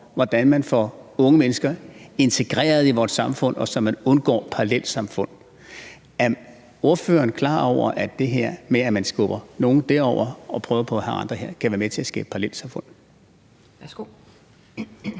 hvordan man får unge mennesker integreret i vores samfund, så man undgår parallelsamfund. Er ordføreren klar over, at det her med, at man skubber nogen derover og prøver på at have andre her, kan være med til at skabe parallelsamfund?